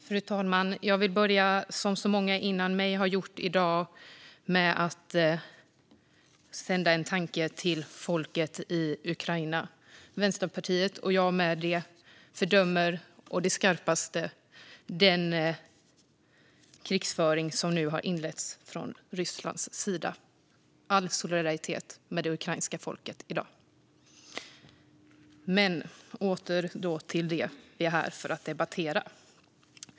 Fru talman! Jag vill, som många gjort före mig i dag, börja med att sända en tanke till folket i Ukraina. Vänsterpartiet, och jag med det, fördömer å det skarpaste den krigföring som nu har inletts från Rysslands sida. All solidaritet med det ukrainska folket i dag! Åter till det som vi är här för att debattera.